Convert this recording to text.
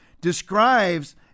describes